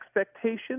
expectations